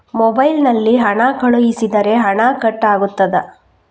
Mobile ನಲ್ಲಿ ಹಣ ಕಳುಹಿಸಿದರೆ ಹಣ ಕಟ್ ಆಗುತ್ತದಾ?